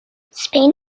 spain